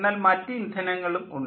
എന്നാൽ മറ്റ് ഇന്ധനങ്ങളും ഉണ്ട്